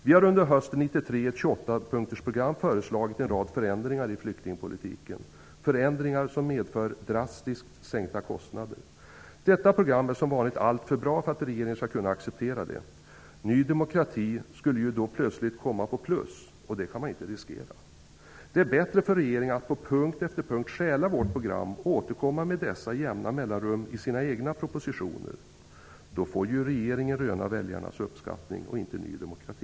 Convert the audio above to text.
Vi har under hösten 1993 i ett 28-punktersprogram föreslagit en rad förändringar i flyktingpolitiken som medför drastiskt sänkta kostnader. Detta program är som vanligt alltför bra för att regeringen skall kunna acceptera det. Ny demokrati skulle då plötsligt komma på plus, och det kan man inte riskera. Det är bättre för regeringen att på punkt efter punkt stjäla vårt program och återkomma med dessa med jämna mellanrum i sina egna propositioner. Då får ju regeringen röna väljarnas uppskattning, inte Ny demokrati.